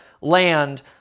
land